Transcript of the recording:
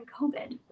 COVID